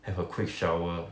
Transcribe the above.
have a quick shower